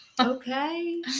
Okay